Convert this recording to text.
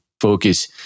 focus